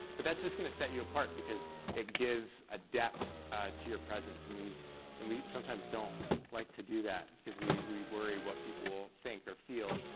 but that's that's gonna set you apart because it gives a depth to your presence, and we and we sometimes don't like to do that, cause we we worry what people will think or feel,